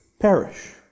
Perish